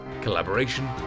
collaboration